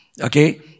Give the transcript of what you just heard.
Okay